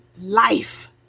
life